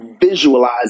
visualize